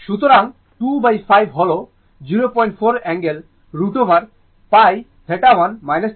সুতরাং 25 হল 04 অ্যাঙ্গেল 1 - θ2 √